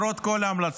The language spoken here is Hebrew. למרות כל ההמלצות